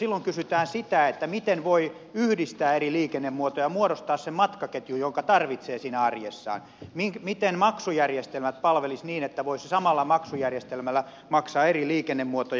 silloin kysytään sitä miten voi yhdistää eri liikennemuotoja muodostaa sen matkaketjun jonka tarvitsee siinä arjessaan miten maksujärjestelmät palvelisivat niin että voisi samalla maksujärjestelmällä maksaa eri liikennemuotoja